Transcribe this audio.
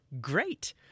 Great